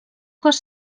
cos